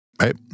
Right